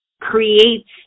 creates